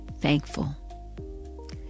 thankful